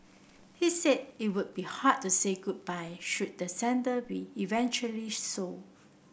he said it would be hard to say goodbye should the centre be eventually sold